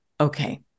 Okay